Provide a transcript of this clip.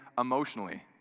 emotionally